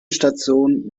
station